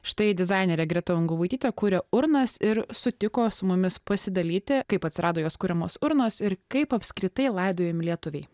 štai dizainerė greta ungugaitytė kuria urnas ir sutiko su mumis pasidalyti kaip atsirado jos kuriamos urnos ir kaip apskritai laidojami lietuviai